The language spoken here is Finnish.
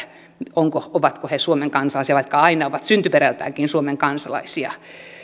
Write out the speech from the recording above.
ovatko ovatko he suomen kansalaisia ja jotkuthan aina ovat syntyperältäänkin suomen kansalaisia